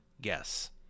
guess